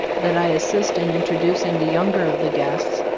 that i as sist in introducing the younger of the guests,